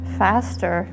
faster